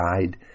died